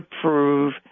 prove